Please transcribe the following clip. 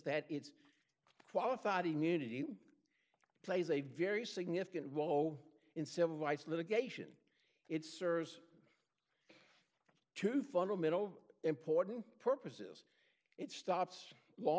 that it's qualified immunity plays a very significant role in civil rights litigation it serves to funnel middle important purposes it stops law